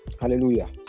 Hallelujah